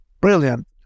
brilliant